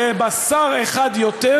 יהיה בה שר אחד יותר,